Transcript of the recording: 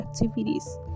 activities